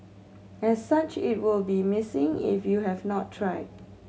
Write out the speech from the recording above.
as such it will be a missing if you have not tried